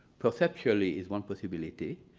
perceptually is one possibility.